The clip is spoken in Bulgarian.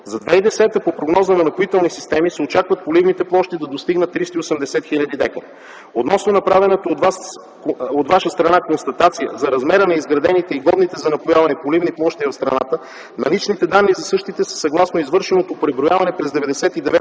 За 2010 г. по прогноза на „Напоителни системи” се очаква поливните площи да достигнат 380 000 дка. Относно направената от Ваша страна констатация за размера на изградените и годни за напояване поливни площи в страната, наличните данни за същите са съгласно извършеното преброяване през 1999